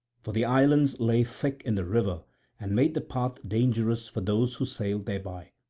for the islands lay thick in the river and made the path dangerous for those who sailed thereby.